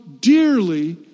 dearly